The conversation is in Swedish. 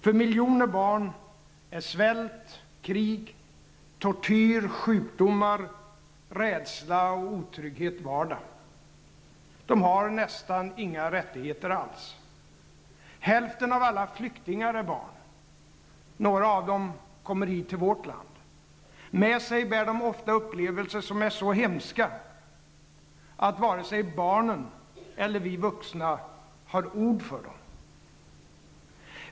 För miljoner barn är svält, krig, tortyr, sjukdomar, rädsla och otrygghet vardag. De har nästan inga rättigheter alls. Hälften av alla flyktingar är barn. Några av dem kommer hit till vårt land. Med sig bär de ofta upplevelser som är så hemska att vare sig barnen eller vi vuxna har ord för dem.